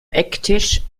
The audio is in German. ecktisch